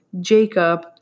Jacob